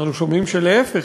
אנחנו שומעים שלהפך,